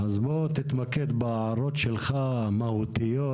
תתמקד בהערות המהותיות שלך,